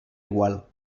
igual